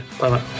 bye